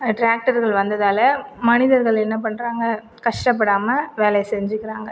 டிராக்டர்கள் வந்ததால் மனிதர்கள் என்ன பண்றாங்க கஷ்டப்படாமல் வேலையை செஞ்சுக்கிறாங்க